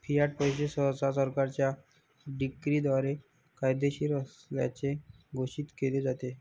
Fiat पैसे सहसा सरकारच्या डिक्रीद्वारे कायदेशीर असल्याचे घोषित केले जाते